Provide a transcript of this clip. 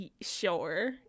Sure